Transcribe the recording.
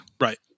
right